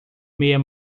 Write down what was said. meia